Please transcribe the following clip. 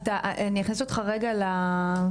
אני אכניס אותך רגע לדיון,